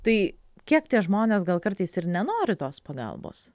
tai kiek tie žmonės gal kartais ir nenori tos pagalbos